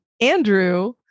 Andrew